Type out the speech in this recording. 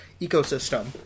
ecosystem